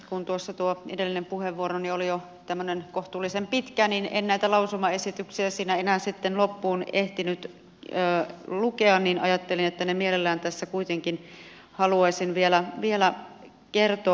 kun tuossa tuo edellinen puheenvuoroni oli jo tämmöinen kohtuullisen pitkä en näitä lausumaesityksiä siinä enää sitten loppuun ehtinyt lukea mutta ajattelin että ne mielelläni tässä kuitenkin haluaisin vielä kertoa